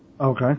Okay